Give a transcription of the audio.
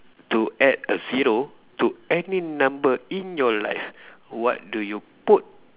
to add a zero to any number in your life what do you put